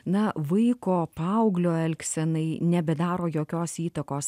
na vaiko paauglio elgsenai nebedaro jokios įtakos